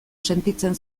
sentitzen